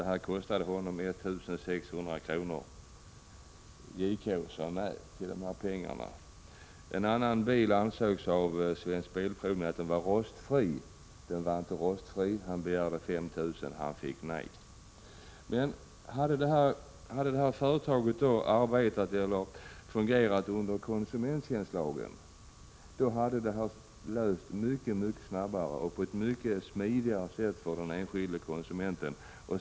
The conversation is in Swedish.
Det kostade honom 1 600 kr. JK sade nej till pengarna. En annan bil ansågs av Svensk Bilprovning vara rostfri. Den var inte rostfri. Ägaren begärde 5 000 kr. men fick nej. Hade detta företag fungerat under konsumenttjänstlagen, hade problemen lösts mycket snabbare och på ett mycket smidigare sätt för den enskilde konsumenten.